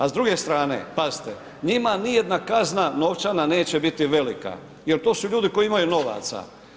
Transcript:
A s druge strane, pazite, njima nijedna kazna novčana neće biti velika jel to su ljudi koji imaju novaca.